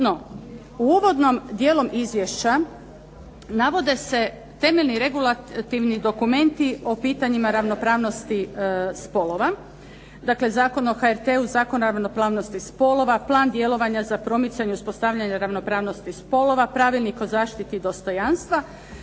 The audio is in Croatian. u uvodnom dijelu izvješća navode se temeljni regulativni dokumenti o pitanjima ravnopravnosti spolova, dakle Zakon o HRT-u, Zakon o ravnopravnosti spolova, plan djelovanja za promicanje uspostavljanja ravnopravnosti spolova, Pravilnik o zaštiti dostojanstva